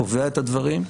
קובע את הדברים,